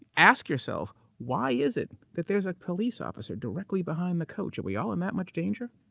ask yourself why is it that there's a police officer directly behind the coach. are we all in that much danger?